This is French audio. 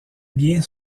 biens